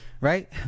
right